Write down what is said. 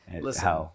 Listen